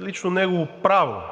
е лично негово право,